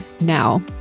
now